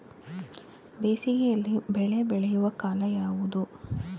ಬೇಸಿಗೆ ಯಲ್ಲಿ ಬೆಳೆ ಬೆಳೆಯುವ ಕಾಲ ಯಾವುದು?